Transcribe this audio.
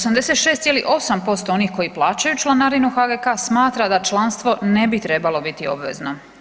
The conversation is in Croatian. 86,8% onih koji plaćaju članarinu HGK smatra da članstvo ne bi trebalo biti obvezno.